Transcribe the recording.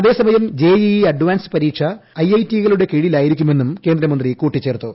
അതേസമയം J E E advance പരീക്ഷ I I T കളുടെ കീഴിലായിരിക്കുമെന്നും കേന്ദ്രമന്ത്രി കൂട്ടിച്ചേർത്തു